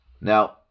Now